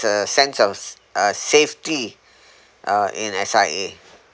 a sense of s~ uh safety uh in S_I_A